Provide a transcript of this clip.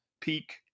peak